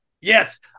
Yes